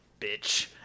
bitch